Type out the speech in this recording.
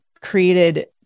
created